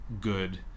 good